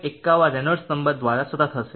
51 Reynolds number દ્વારા સતત રહેશે